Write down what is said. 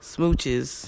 Smooches